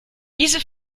diese